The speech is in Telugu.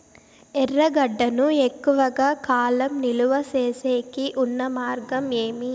ఎర్రగడ్డ ను ఎక్కువగా కాలం నిలువ సేసేకి ఉన్న మార్గం ఏమి?